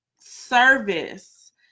service